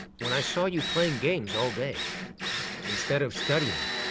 when i saw you playing games all day instead of studying,